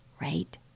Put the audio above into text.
right